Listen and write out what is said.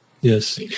Yes